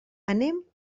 anem